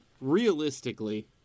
realistically